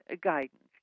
guidance